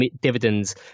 dividends